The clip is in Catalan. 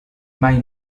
mai